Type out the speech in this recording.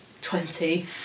twenty